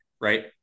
right